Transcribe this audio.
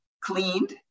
cleaned